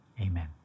Amen